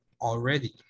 already